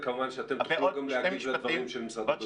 וכמובן שאתם תוכלו להגיב גם לדברים של משרד הבריאות.